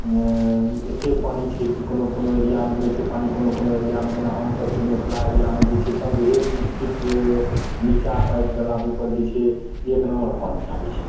एते पानि छै कि कोनो कोनो एरियामे नहि छै पानि कोनो कोनो एरियामे जेना हमसबके मिथिला एरियामे जे छै पन्द्रहे बीस फिट नीचा पाइप डलाबयपर जे छै एक नम्बर पानि आबय छै